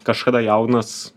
kažkada jaunas